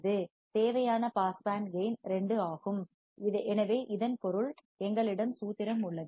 தேவையான pass band கேயின் 2 ஆகும் எனவே இதன் பொருள் எங்களிடம் சூத்திரம் உள்ளது